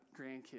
grandkids